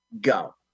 go